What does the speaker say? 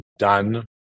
done